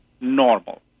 normal